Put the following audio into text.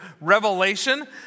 Revelation